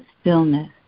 stillness